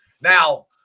Now